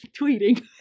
tweeting